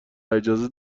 اجازه